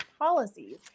policies